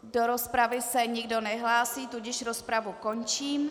Do rozpravy se nikdo nehlásí, tudíž rozpravu končím.